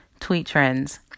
TweetTrends